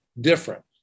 different